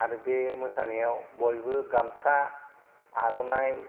आरो बे मोसायाव बयबो गामसा आर'नाइ